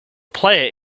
player